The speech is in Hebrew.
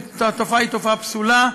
התופעה היא תופעה פסולה,